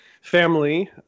family